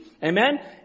Amen